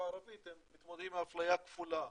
הערבית הם מתמודדים עם אפליה כפולה,